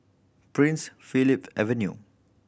Prince Philip Avenue